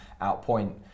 outpoint